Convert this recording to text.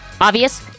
obvious